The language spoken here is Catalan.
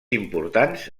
importants